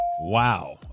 Wow